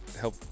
help